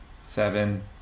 Seven